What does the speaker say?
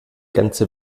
ganze